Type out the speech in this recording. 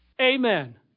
Amen